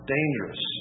Dangerous